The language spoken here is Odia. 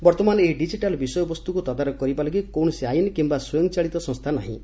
ବର୍ତ୍ତମାନ ଏହି ଡିକିଟାଲ୍ ବିଷୟବସ୍ତୁକୁ ତଦାରଖ କରିବା ଲାଗି କୌଣସି ଆଇନ କିମ୍ବା ସ୍ୱୟଂଚାଳିତ ସଂସ୍ଥା ନାହିଁ